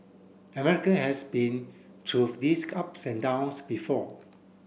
America has been through these ups and downs before